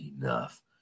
enough